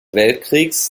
weltkriegs